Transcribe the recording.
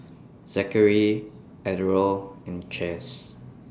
Zachery Ardell and Chaz